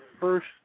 first